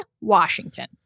Washington